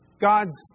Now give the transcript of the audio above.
God's